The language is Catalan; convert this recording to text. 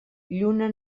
lluna